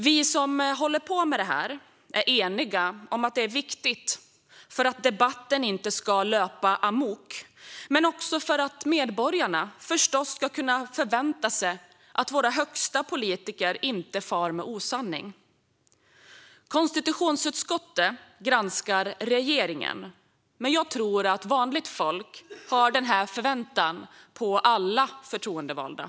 Vi som håller på med det här är eniga om att detta är viktigt för att debatten inte ska löpa amok, men också för att medborgarna förstås ska kunna förvänta sig att våra högsta politiker inte far med osanning. Konstitutionsutskottet granskar regeringen, men jag tror att vanligt folk har denna förväntan på alla förtroendevalda.